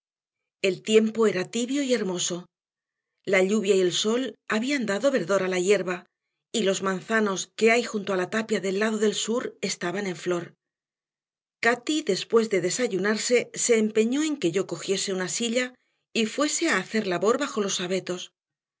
el tiempo era tibio y hermoso la lluvia y el sol habían dado verdor a la hierba y los manzanos que hay junto a la tapia del lado del sur estaban en flor cati después de desayunarse se empeñó en que yo cogiese una silla y fuese a hacer labor bajo los abetos